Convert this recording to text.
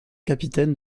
capitaine